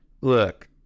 Look